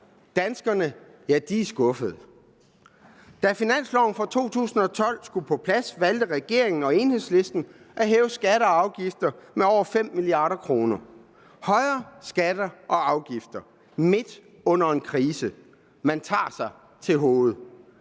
Danskerne er skuffede. Da finansloven for 2012 skulle på plads, valgte regeringen og Enhedslisten at hæve skatter og afgifter med over 5 mia. kr. Højere skatter og afgifter midt i en krise. Man tager sig til hovedet.